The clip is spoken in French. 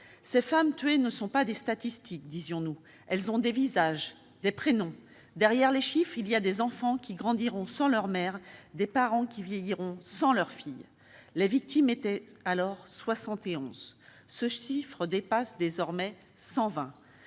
Ces femmes tuées ne sont pas des statistiques », écrivions-nous. « Elles ont des visages, des prénoms. Derrière les chiffres, il y a des enfants qui grandiront sans leur mère, des parents qui vieilliront sans leur fille. » Les victimes étaient alors au nombre de 71 depuis le